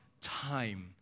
time